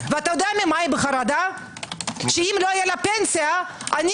ויודע ממה היא בחרדה - שאם לא תהיה לה פנסיה אני